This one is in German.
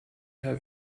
herr